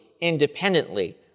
independently